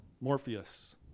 Morpheus